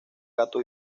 gato